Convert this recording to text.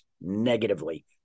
negatively